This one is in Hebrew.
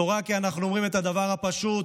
בשורה, כי אנחנו אומרים את הדבר הפשוט: